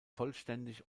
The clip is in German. vollständig